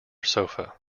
sofa